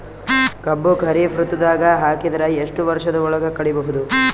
ಕಬ್ಬು ಖರೀಫ್ ಋತುದಾಗ ಹಾಕಿದರ ಎಷ್ಟ ವರ್ಷದ ಒಳಗ ಕಡಿಬಹುದು?